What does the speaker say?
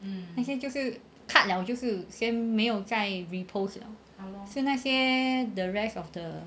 那些就是 cut liao 就是先没有在 repost liao 是那些 the rest of the